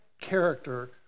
character